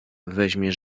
weźmie